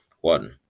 One